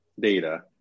data